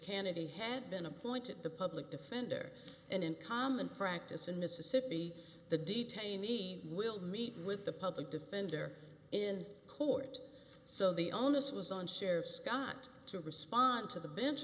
hannity had been appointed the public defender and in common practice in mississippi the detainee will meet with the public defender in court so the onus was on sheriff scott to respond to the bench